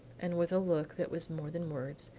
and with a look that was more than words,